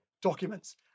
documents